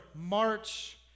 March